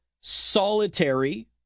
solitary